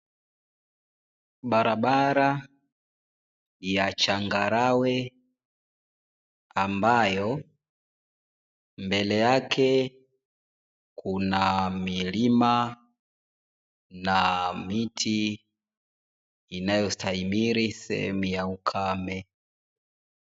Barabara ya changarawe, ambayo mbele yake kuna milima na miti inayo stahimili sehemu ya ukame.